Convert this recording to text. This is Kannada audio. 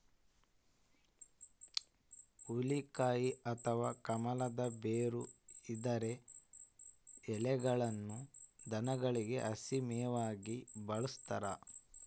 ಹುಲಿಕಾಯಿ ಅಥವಾ ಕಮಲದ ಬೇರು ಇದರ ಎಲೆಯನ್ನು ದನಗಳಿಗೆ ಹಸಿ ಮೇವಾಗಿ ಬಳಸ್ತಾರ